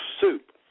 soup